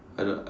I don't